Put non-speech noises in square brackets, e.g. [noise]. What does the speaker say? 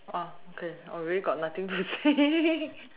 okay really got nothing to say [laughs]